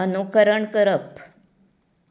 अनुकरण करप